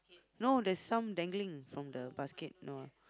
no there's some dangling from the basket no